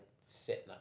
sitting